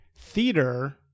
theater –